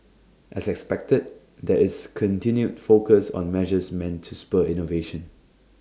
as expected there is continued focus on measures meant to spur innovation